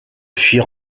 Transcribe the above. fuir